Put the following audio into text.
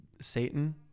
Satan